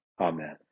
amen